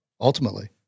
ultimately